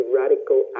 radical